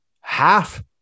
half